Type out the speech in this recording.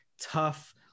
tough